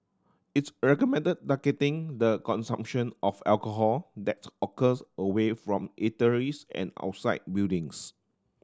its recommended targeting the consumption of alcohol that's occurs away from eateries and outside buildings